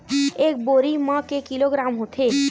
एक बोरी म के किलोग्राम होथे?